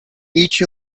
each